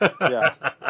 Yes